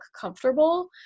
comfortable